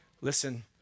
Listen